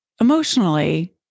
emotionally